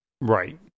Right